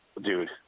Dude